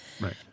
Right